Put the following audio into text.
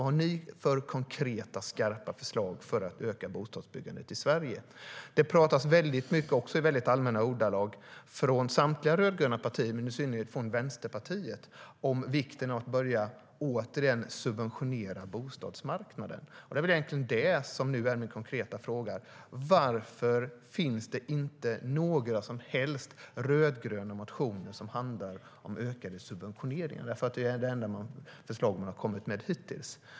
Vad har ni för konkreta, skarpa förslag för att öka bostadsbyggandet i Sverige? Det talas mycket, också i allmänna ordalag, från samtliga rödgröna partier och i synnerhet från Vänsterpartiet om vikten av att återigen börja subventionera bostadsmarknaden. Det är egentligen det som nu är min konkreta fråga: Varför finns det inte några som helst rödgröna motioner som handlar om ökade subventioneringar? Det är ju de enda förslag man har kommit med hittills.